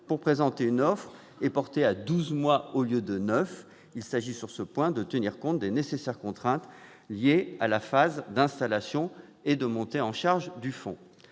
pour présenter une offre est porté à douze mois au lieu de neuf. Il s'agit, sur ce point, de tenir compte des nécessaires contraintes liées à la phase d'installation et de montée en charge du fonds.